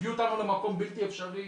הביאו אותנו למקום בלתי אפשרי,